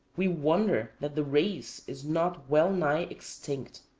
we wonder that the race is not well-nigh extinct.